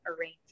arrange